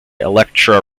elektra